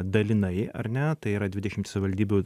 dalinai ar ne tai yra dvidešimt savivaldybių